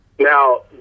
Now